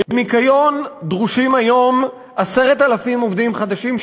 בניקיון דרושים היום 10,000 עובדים חדשים,